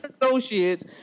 Associates